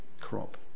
crop